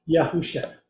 Yahusha